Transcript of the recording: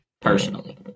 personally